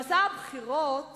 במסע הבחירות